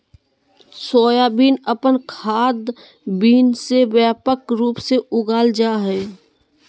soybean अपन खाद्य bean ले व्यापक रूप से उगाल जा हइ